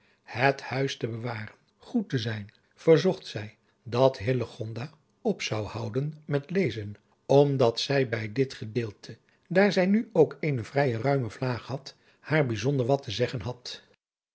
het huis te bewaren goed te zijn verzocht zij dat hillegonda op zou houden met lezen omdat zij bij dit gedeelte daar zij nu ook eene vrij ruime vlaag had haar bijzonder wat te zeggen had